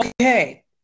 Okay